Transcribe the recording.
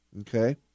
okay